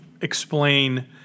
explain